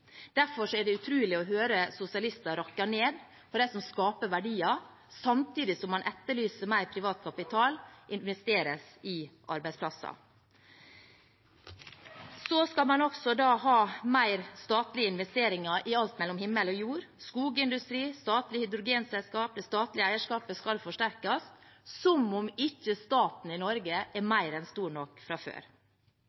Derfor er det utrolig å høre sosialister rakke ned på dem som skaper verdier, samtidig som man etterlyser at mer privat kapital investeres i arbeidsplasser. Så skal man også ha mer statlige investeringer i alt mellom himmel og jord, som skogindustri og statlige hydrogenselskap. Det statlige eierskapet skal forsterkes – som om ikke staten i Norge er